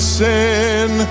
sin